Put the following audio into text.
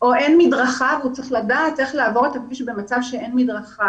או אין מדרכה והוא צריך לדעת איך לעבור את הכביש במצב שאין מדרכה.